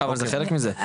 אבל זה חלק מזה,